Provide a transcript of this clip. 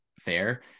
fair